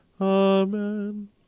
Amen